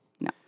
No